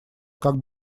как